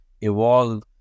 evolve